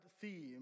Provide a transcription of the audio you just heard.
theme